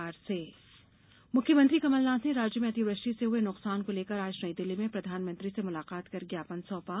PM Kamalnath मुख्यमंत्री कमलनाथ ने राज्य में अतिवृष्टि से हुए नुकसान को लेकर आज नई दिल्ली में प्रधानमंत्री से मुलाकात कर ज्ञापन सौंपा